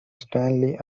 stanley